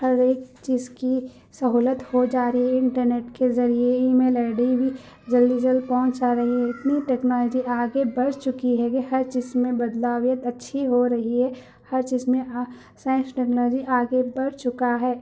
ہر ایک چیز کی سہولت ہو جا رہی ہے انٹرنیٹ کے ذریعے ای میل آئی ڈی بھی جلدی جلد پہنچ جا رہی ہے اتنی ٹیکنالوجی آگے بڑھ چکی ہے کہ ہر چیز میں بدلاؤ اچّھی ہو رہی ہے ہر چیز میں سائنس ٹیکنالوجی آگے بڑھ چکا ہے